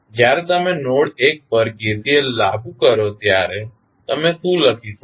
તેથી જ્યારે તમે નોડ 1 પર KCL લાગુ કરો ત્યારે તમે શું લખી શકો